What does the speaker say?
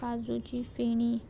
काजूची फेणी